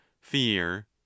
fear